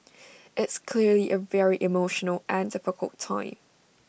it's clearly A very emotional and difficult time